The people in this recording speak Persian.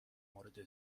مورد